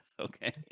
Okay